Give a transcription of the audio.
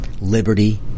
Liberty